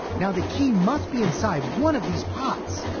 now, the key must be inside one of these pots.